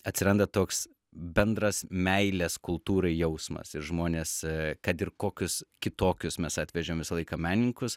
atsiranda toks bendras meilės kultūrai jausmas ir žmonės kad ir kokius kitokius mes atvežėm visą laiką menininkus